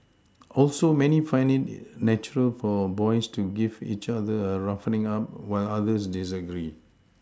also many find it natural for boys to give each other a roughening up while others disagree